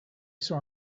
saw